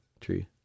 Tree